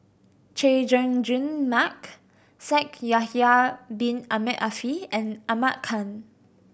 Chay Jung Jun Mark Shaikh Yahya Bin Ahmed Afifi and Ahmad Khan